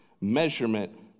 measurement